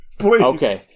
Okay